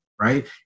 right